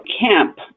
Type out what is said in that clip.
camp